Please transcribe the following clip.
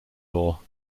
law